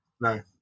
No